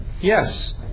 yes